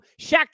Shaq